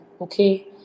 Okay